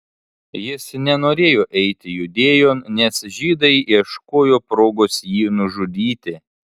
jis nenorėjo eiti judėjon nes žydai ieškojo progos jį nužudyti